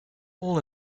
all